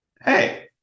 hey